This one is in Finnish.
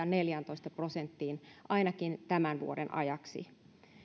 neljääntoista prosenttiin ainakin tämän vuoden ajaksi